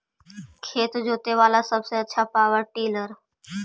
खेत जोते बाला सबसे आछा पॉवर टिलर?